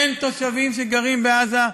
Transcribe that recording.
אין תושבים שגרים בעזה.